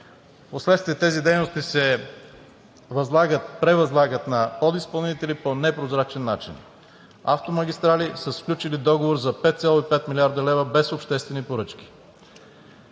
Впоследствие тези дейности се превъзлагат на подизпълнители по непрозрачен начин. „Автомагистрали“ са сключили договор за 5,5 млрд. лв. без обществени поръчки.